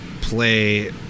play